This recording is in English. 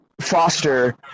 foster